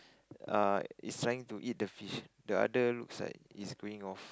err it's trying to eat the fish the other looks like it's going off